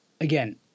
Again